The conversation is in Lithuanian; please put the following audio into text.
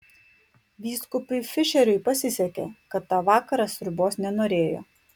vyskupui fišeriui pasisekė kad tą vakarą sriubos nenorėjo